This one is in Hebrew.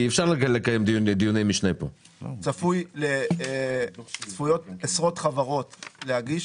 צפויות עשרות חברות להגיש,